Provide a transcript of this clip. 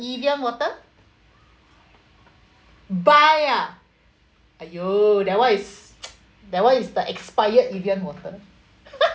Evian water die ah !aiyo! that what is that [one] is the expired Evian water